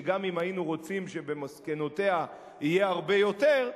שגם אם היינו רוצים שבמסקנותיה יהיה הרבה יותר,